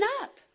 up